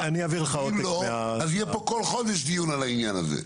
אם לא, יהיה פה כל חודש דיון על העניין הזה.